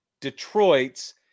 Detroit's